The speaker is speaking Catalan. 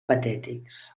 patètics